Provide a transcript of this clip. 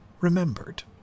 remembered